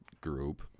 group